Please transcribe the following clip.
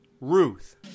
Ruth